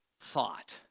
thought